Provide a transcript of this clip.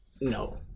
No